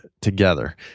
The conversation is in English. together